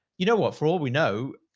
you know what, for all we know,